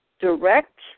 direct